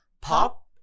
Pop